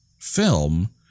film